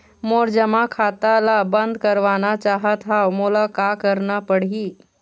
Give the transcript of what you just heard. मोर जमा खाता ला बंद करवाना चाहत हव मोला का करना पड़ही?